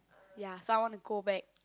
ya so I want to go back